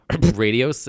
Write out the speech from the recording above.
radio